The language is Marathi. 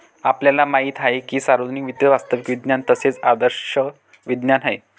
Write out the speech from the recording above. आपल्याला माहित आहे की सार्वजनिक वित्त वास्तविक विज्ञान तसेच आदर्श विज्ञान आहे